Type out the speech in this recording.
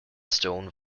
stone